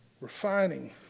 Refining